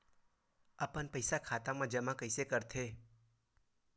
अपन पईसा खाता मा कइसे जमा कर थे?